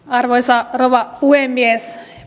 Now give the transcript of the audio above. arvoisa rouva puhemies